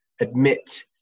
admit